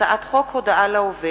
הצעת חוק פיקוח על צהרונים,